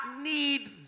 need